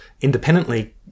independently